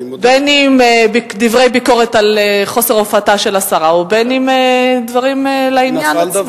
אם דברי ביקורת על אי-הופעתה של השרה ואם דברים לעניין.